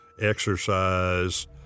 exercise